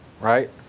right